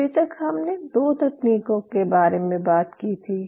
अभी तक हमने दो तकनीकों के बारे में बात की थी